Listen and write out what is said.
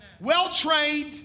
Well-trained